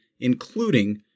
including